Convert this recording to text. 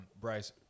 Bryce